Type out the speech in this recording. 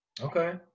Okay